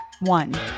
One